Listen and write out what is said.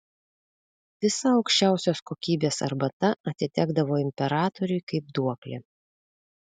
visa aukščiausios kokybės arbata atitekdavo imperatoriui kaip duoklė